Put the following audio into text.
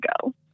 go